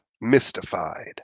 mystified